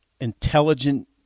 intelligent